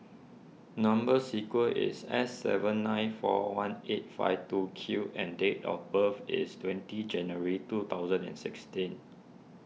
Number Sequence is S seven nine four one eight five two Q and date of birth is twenty January two thousand and sixteen